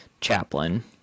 Chaplain